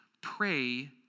Pray